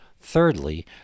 thirdly